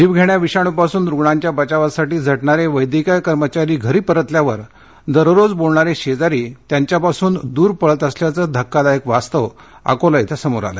जीवघेण्या विषाणूपासून रुग्णांच्या बचावासाठी झटणारे वैद्यकीय कर्मचारी घरी परतल्यानंतर दररोज बोलणारे शेजारी त्यांच्यापासून दुर पळत असल्याच धक्कादायक वास्तव अकोला इथं समोर आलं